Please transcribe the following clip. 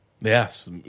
Yes